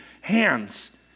hands